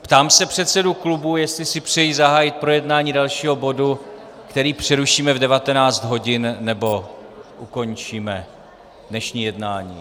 Ptám se předsedů klubů, jestli si přejí zahájit projednávání dalšího bodu, který přerušíme v 19 hodin, nebo ukončíme dnešní jednání...